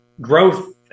growth